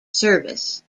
service